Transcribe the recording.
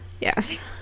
yes